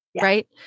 Right